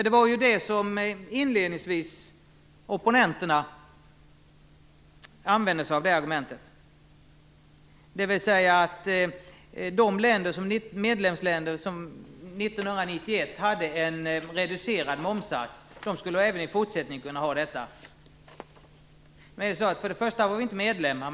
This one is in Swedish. Det var det argumentet som opponenterna inledningsvis använde sig av, dvs. att de medlemsländer som 1991 hade en reducerad momssats skulle även i fortsättningen kunna ha detta. Då var vi inte medlemmar.